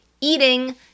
eating